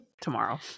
Tomorrow